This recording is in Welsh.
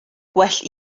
gwell